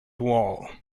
wall